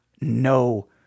No